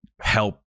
help